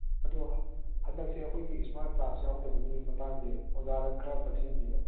ꯑꯗꯨ ꯍꯟꯗꯛꯁꯦ ꯑꯩꯈꯣꯏꯒꯤ ꯏꯁꯃꯥꯔꯠ ꯀ꯭ꯂꯥꯁ ꯌꯥꯎꯗꯕꯒꯤ ꯃꯇꯥꯡꯗ ꯑꯣꯖꯥꯗ ꯈꯔ ꯇꯛꯁꯤꯟꯁꯤꯔꯣ